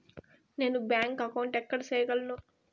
నేను bank account ఎక్కడ సేయగలను